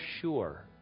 sure